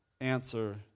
answer